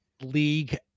league –